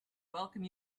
welcome